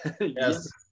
Yes